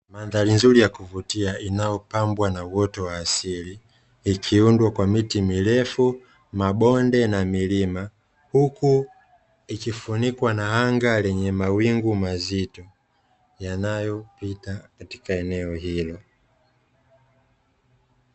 Mandari nzuri ya kuvutia inayopambwa na uoto wa asili ikiundwa na miti mirefu, mabonde na milima huku ikifunikwa na anga lenye mawingu mazito yanayopita katika eneo hilo.